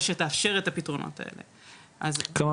שתאפשר את הפתרונות האלה --- כלומר,